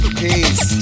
peace